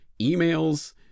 emails